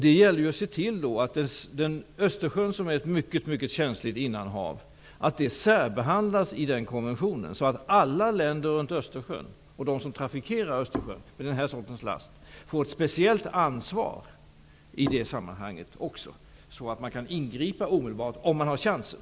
Det gäller att se till att Östersjön, som är ett mycket mycket känsligt innanhav, särbehandlas i den konventionen, att alla länder runt Östersjön och de som trafikerar Östersjön med den här sortens last får ett speciellt ansvar i det sammanhanget, så att man kan ingripa omedelbart, om man har chansen.